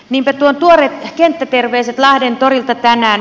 niinpä tuon tuoreet kenttäterveiset lahden torilta tänään